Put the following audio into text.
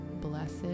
Blessed